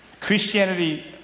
Christianity